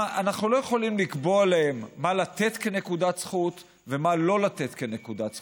אנחנו לא יכולים לקבוע להם מה לתת כנקודת זכות ומה לא לתת כנקודת זכות.